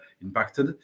impacted